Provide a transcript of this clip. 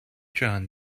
john